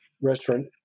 restaurant